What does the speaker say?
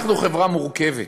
אנחנו חברה מורכבת,